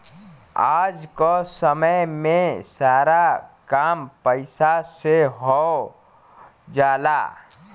आज क समय में सारा काम पईसा से हो जाला